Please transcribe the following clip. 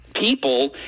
people